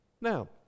Now